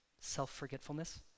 Self-Forgetfulness